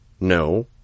No